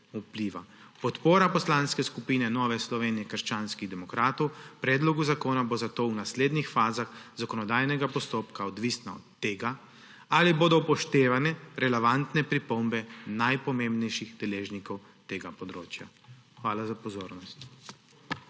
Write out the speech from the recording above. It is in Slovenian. Podpora Poslanske skupine Nove Slovenije – krščanskih demokratov predlogu zakona bo zato v naslednjih fazah zakonodajnega postopka odvisna od tega, ali bodo upoštevane relevantne pripombe najpomembnejših deležnikov s tega področja. Hvala za pozornost.